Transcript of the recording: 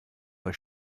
euch